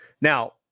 Now